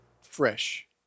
fresh